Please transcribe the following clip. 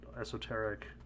esoteric